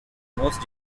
most